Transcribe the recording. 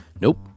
Nope